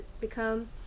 become